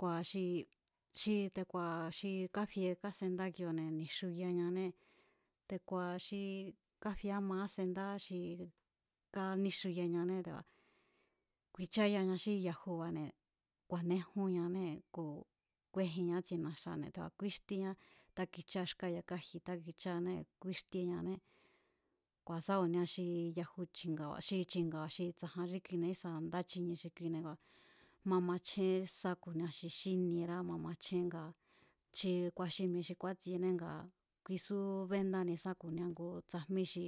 Kua̱ xi xi te̱ku̱a̱ xi káfie kásendáne̱ kioo̱ne̱ ni̱xuyañanée̱, te̱ku̱a̱ xi káfie áma kásendá xi káníxuyañáné te̱ku̱a̱ ku̱i̱cháyaña xí yajuba̱ne̱, ku̱a̱néjunñanée̱ ku̱ kúéjinña ítsie na̱xa̱ne̱ te̱a̱ kúíxtíéñá, táki̱cháña xkáa̱ yakáji̱ taki̱cháanée̱ kúíxtíeñané, kua̱ sá ku̱nia xi yaju chi̱nga̱ba̱ xi chi̱nga̱ba̱ xi tsa̱jan xí kui ísa̱ nda chinie xi kuine̱ ngua̱ ma machjén sá ku̱nia xi xíniera ma machjén nga che nga xi mi̱e̱ xi kúátsiené nga kuisú béndáni sá ku̱nia ngu tsajmí xi